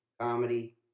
comedy